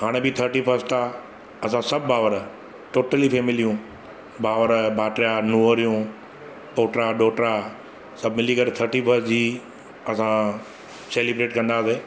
हाणे बि thirty first आहे असां सभु भाउर टोटली फैमिलियूं भाउर भाइटिया नुंहंरियूं पोटा ॾोहिटा सभु मिली करे थर्टी फस्ट जी असां सैलिब्रेट कंदासीं